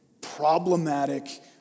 problematic